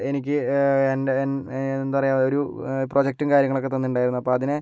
എനിക്ക് എൻ്റെ എന്താ പറയുക ഒരു പ്രൊജക്റ്റും കാര്യങ്ങളൊക്കെ തന്നിട്ടുണ്ടായിരുന്നു അപ്പം അതിനെ